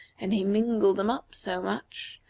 and he mingled them up so much,